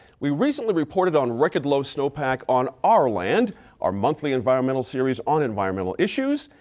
we recently reported on record low snowpack on our land our monthly environmental series on environmental issues,